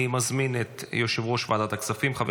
אני מזמין את יושב-ראש ועדת הכספים חבר